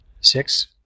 Six